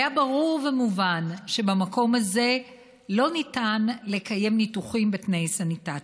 היה ברור ומובן שבמקום הזה לא ניתן לקיים ניתוחים בתנאי סניטציה.